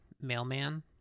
mailman